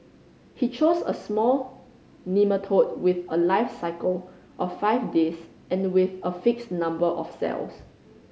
he chose a small nematode with a life cycle of five days and with a fixed number of cells